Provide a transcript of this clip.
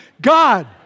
God